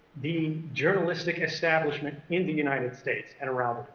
the journalistic establishment in the united states and around the